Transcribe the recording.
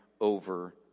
over